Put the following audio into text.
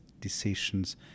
decisions